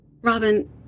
Robin